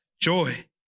Joy